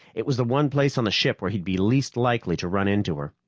it was the one place on the ship where he'd be least likely to run into her.